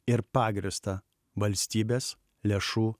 ir pagrįstą valstybės lėšų